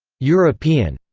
european,